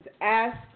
ask